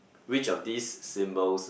which of these symbols